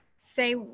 say